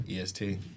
EST